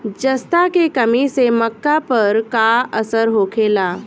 जस्ता के कमी से मक्का पर का असर होखेला?